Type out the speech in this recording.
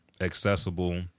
accessible